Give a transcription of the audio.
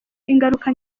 ingaruka